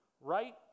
Right